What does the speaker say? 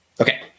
Okay